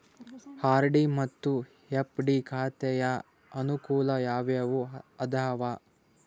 RD ಮತ್ತು FD ಖಾತೆಯ ಅನುಕೂಲ ಯಾವುವು ಅದಾವ?